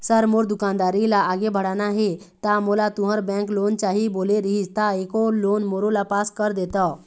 Sir मोर दुकानदारी ला आगे बढ़ाना हे ता मोला तुंहर बैंक लोन चाही बोले रीहिस ता एको लोन मोरोला पास कर देतव?